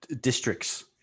districts